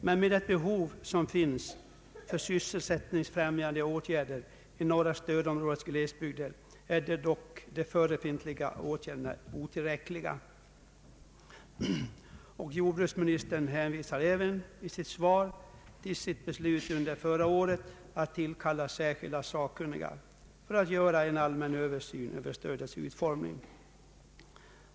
Men med det behov av sysselsättningsfrämjande åtgärder som finns i norra stödområdets glesbygder är dock de förefintliga åtgärderna otillräckliga. I sitt svar hänvisar jordbruksministern även till sitt beslut under förra året att tillkalla särskilda sakkunniga för att göra en allmän översyn av stödets utformning.